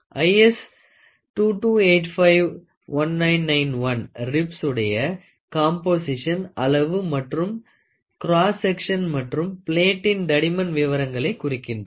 IS 2285 1991 ரிப்ஸ்சுடிய composition அளவு மற்றும் கிராஸ் செக்ஷன் மற்றும் பிளேடின் தடிமன் விவரங்களை குறிக்கின்றது